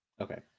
Okay